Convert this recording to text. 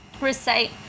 Recite